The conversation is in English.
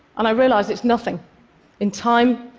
and i realized it's nothing in time,